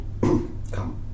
Come